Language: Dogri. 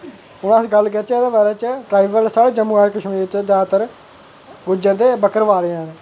हून अस गल्ल करचै एह्दे बारै च ट्राईवल साढ़ै जम्मू ऐंड़ कश्मीर च जादातर गुज्जर ते बक्करबाल गै हैन